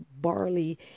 barley